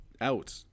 out